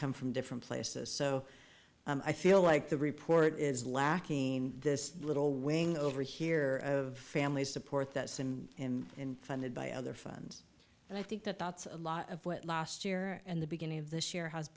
come from different places so i feel like the report is lacking this little wing over here of family support that sinned and funded by other funds and i think that that's a lot of what last year and the beginning of this year has